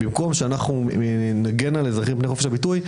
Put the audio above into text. במקום שנגן על אזרחים מפני חופש הביטוי,